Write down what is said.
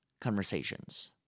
conversations